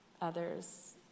others